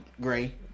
Gray